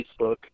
Facebook